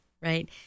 right